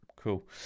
Cool